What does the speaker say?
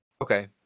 okay